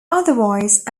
otherwise